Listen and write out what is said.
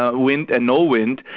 ah wind and no wind,